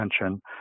attention